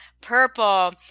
purple